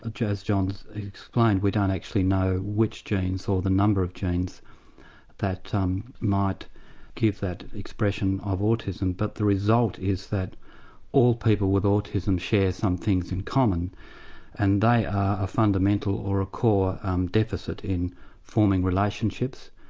ah john's john's explained, we don't actually know which genes or the number of genes that might give that expression of autism. but the result is that all people with autism share some things in common and they are a fundamental or a core deficit in forming relationships,